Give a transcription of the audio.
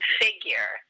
figure